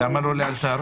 למה לא לאלתר?